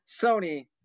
Sony